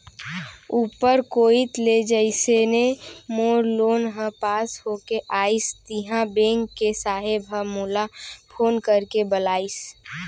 ऊपर कोइत ले जइसने मोर लोन ह पास होके आइस तिहॉं बेंक के साहेब ह मोला फोन करके बलाइस